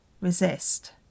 resist